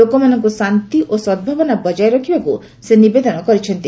ଲୋକମାନଙ୍କୁ ଶାନ୍ତି ଓ ସଦ୍ଭାବନା ବଜାୟ ରଖିବାକୁ ସେ ମଧ୍ୟ ନିବେଦନ କରିଛନ୍ତି